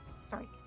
sorry